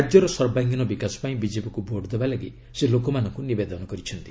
ରାଜ୍ୟର ସର୍ବାଙ୍ଗିନ ବିକାଶ ପାଇଁ ବିଜେପିକୁ ଭୋଟ ଦେବା ଲାଗି ସେ ଲୋକମାନଙ୍କୁ ନିବେଦନ କରିଛନ୍ତି